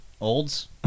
olds